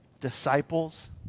disciples